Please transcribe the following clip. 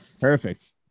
perfect